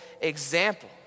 example